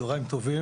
צהרים טובים.